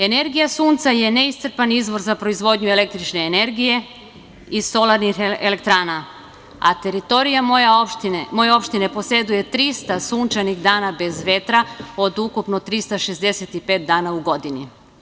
Energija sunca je neiscrpan izvor za proizvodnju električne energije i solarnih elektrana, a teritorija moje opštine poseduje 300 sunčanih dana bez vetra od ukupno 365 dana u godini.